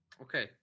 Okay